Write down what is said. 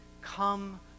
Come